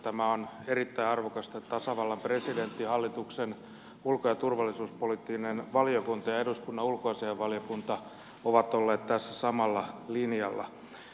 tämä on erittäin arvokasta että tasavallan presidentti hallituksen ulko ja turvallisuuspoliittinen valiokunta ja eduskunnan ulkoasiainvaliokunta ovat olleet tässä samalla linjalla